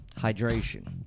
Hydration